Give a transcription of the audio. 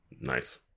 Nice